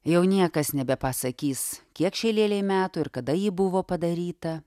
jau niekas nebepasakys kiek šiai lėlei metų ir kada ji buvo padaryta